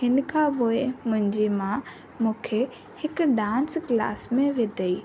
हिन खां पोइ मुंहिंजी माउ मूंखे हिकु डांस क्लास में विधई